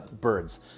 birds